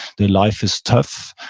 they're life is tough.